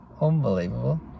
Unbelievable